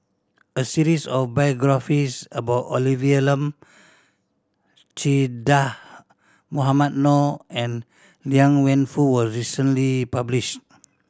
a series of biographies about Olivia Lum Che Dah Mohamed Noor and Liang Wenfu was recently published